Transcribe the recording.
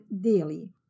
daily